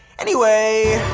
anyway.